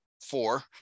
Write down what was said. four